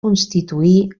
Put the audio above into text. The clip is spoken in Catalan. constituir